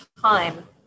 time